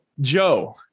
Joe